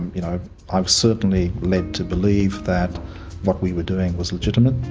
you know i was certainly led to believe that what we were doing was legitimate,